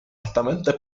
altamente